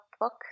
book